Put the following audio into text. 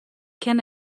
can